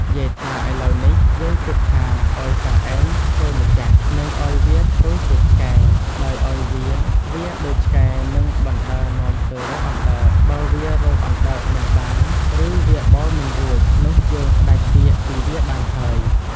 យាយថាឥឡូវនេះយើងគិតថា ឱ្យតាឯងធ្វើម្ចាស់និងឱ្យវាធ្វើជាឆ្កែ ដោយឱ្យវាវារដូចឆ្កែនិងបណ្តើរនាំទៅរកអណ្ដើក បើវារកអណ្ដើកមិនបានឬវាបោលមិនរួច នោះយើងផ្តាច់ពាក្យពីវាបានហើយ។